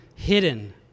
hidden